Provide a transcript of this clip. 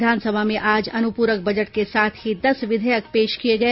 विधानसभा में आज अनुपूरक बजट के साथ ही दस विधेयक पेश किए गए